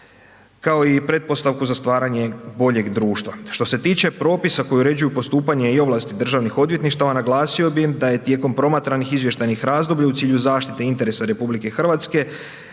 kao i pretpostavku za stvaranje boljeg društva. Što se tiče propisa koji uređuju postupanje i ovlasti državnih odvjetništva naglasio bi im da je tijekom promatranih izvještajnih razdoblja u cilju zaštite interesa RH velika